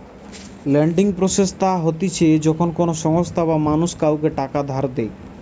lending process তা হতিছে যখন কোনো সংস্থা বা মানুষ কাওকে টাকা ধার দেয়